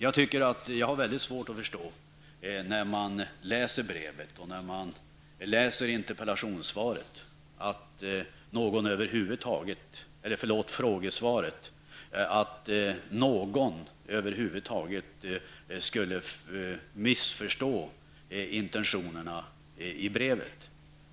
Jag har svårt att förstå att den som läser frågan och svaret på den över huvud taget kan missförstå intentionerna i brevet.